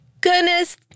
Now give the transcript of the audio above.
goodness